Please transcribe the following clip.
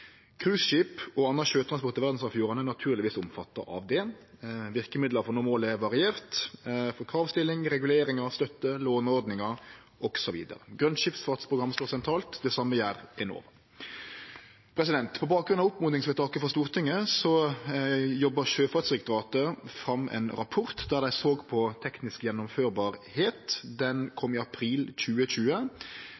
og annan sjøtransport i verdsarvfjordane er naturlegvis omfatta av det. Verkemidla for å nå målet er varierte: kravstilling, regulering av støtte, låneordningar osv. Grønt Skipsfartsprogram står sentralt, det same gjer Enova. På bakgrunn av oppmodingsvedtaket frå Stortinget jobba Sjøfartsdirektoratet fram ein rapport der dei såg på kor teknisk